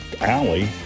alley